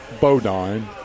Bodine